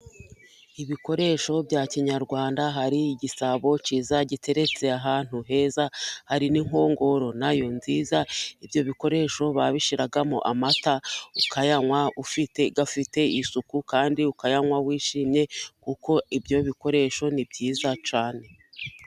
Ibikoresho bya kinyarwanda, hari igisabo cyiza, giteretse ahantu heza, hari n'inkongoro nayo nziza, ibyo bikoresho babishiragamo amata, ukayanywa ufite gafite isuku kandi ukayanywa wishimye, kuko ibyo bikoresho ni byiza cyane.